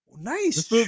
Nice